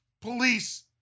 police